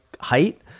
height